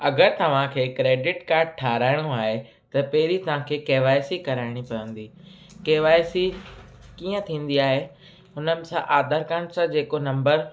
अगरि तव्हांखे credit card ठाहिराइणो आहे त पहिरीं तव्हांखे के वाय सी कराइणी पवंदी के वाय सी कीअं थींदी आहे हुन सां आधार काड सां जेको नम्बर